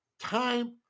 time